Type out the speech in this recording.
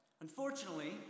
Unfortunately